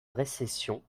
récession